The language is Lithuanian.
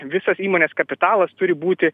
visas įmonės kapitalas turi būti